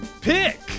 pick